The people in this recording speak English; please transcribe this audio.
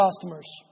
customers